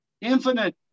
infinite